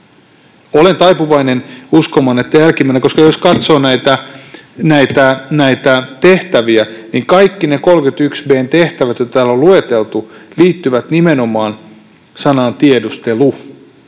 Olen taipuvainen uskomaan, että jälkimmäinen, koska jos katsoo näitä tehtäviä, niin kaikki ne 31 b §:n tehtävät, joita täällä on lueteltu, liittyvät nimenomaan sanaan ”tiedustelu”